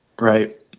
right